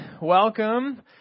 Welcome